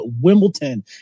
Wimbledon